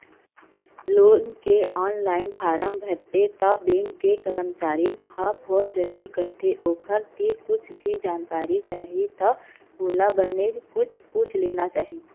loan के online form भरबे त बेंक के करमचारी ह फोन जरूर करथे ओखर तीर कुछु भी जानकारी चाही ओला बने पूछ लेना चाही